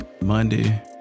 Monday